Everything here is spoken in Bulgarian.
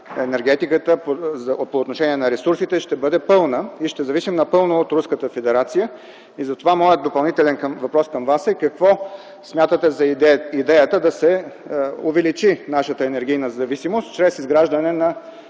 енергетиката по отношение на ресурсите, ще бъде пълна и ще зависим напълно от Руската федерация. Затова моят допълнителен въпрос към Вас е: какво смятате за идеята да се увеличи нашата енергийна зависимост чрез изграждане на